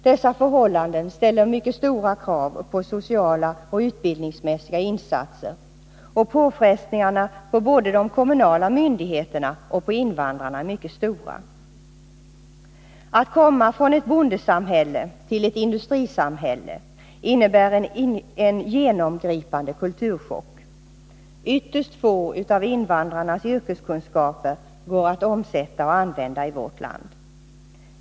Dessa förhållanden ställer mycket stora krav på sociala och utbildningsmässiga insatser, och påfrestningarna på både de kommunala myndigheterna och invandrarna är mycket stora. Att komma från ett bondesamhälle till ett industrisamhälle innebär en genomgripande kulturchock. Ytterst få av invandrarnas yrkeskunskaper går att omsätta och använda i vårt land.